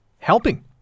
Helping